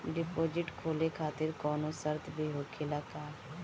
Deposit खोले खातिर कौनो शर्त भी होखेला का?